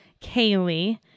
Kaylee